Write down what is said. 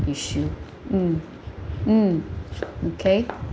issue mm mm mm K